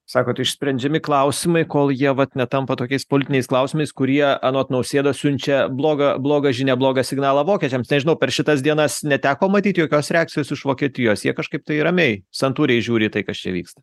sakot išsprendžiami klausimai kol jie vat netampa tokiais politiniais klausimais kurie anot nausėdos siunčia blogą blogą žinią blogą signalą vokiečiams nežinau per šitas dienas neteko matyt jokios reakcijos iš vokietijos jie kažkaip tai ramiai santūriai žiūri į tai kas čia vyksta